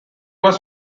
was